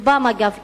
רובם אגב קטינים.